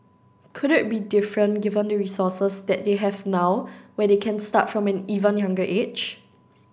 could it be different given the resources that they have now where they can start from an even younger age